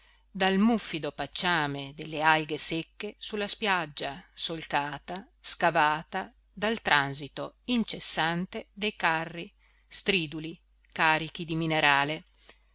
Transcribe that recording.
dal muffido pacciame delle alghe secche su la spiaggia solcata scavata dal transito incessante dei carri striduli carichi di minerale